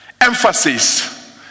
emphasis